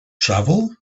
travel